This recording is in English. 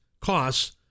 costs